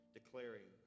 declaring